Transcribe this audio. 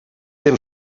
del